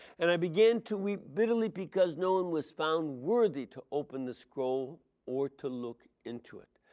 and i began to weep bitterly because no one was found worthy to open the scroll or to look into it.